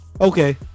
okay